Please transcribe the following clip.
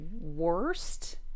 worst